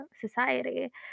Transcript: society